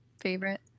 favorite